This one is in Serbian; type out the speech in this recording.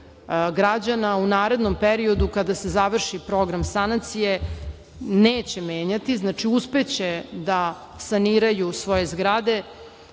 građana u narednom periodu, kada se završi program sanacije, neće menjati, znači, uspeće da saniraju svoje zgrade